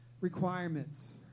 requirements